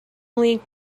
league